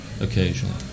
occasionally